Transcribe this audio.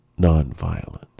nonviolence